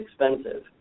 expensive